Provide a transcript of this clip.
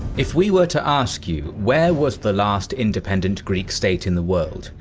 if we were to ask you, where was the last independent greek state in the world?